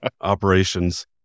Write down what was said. operations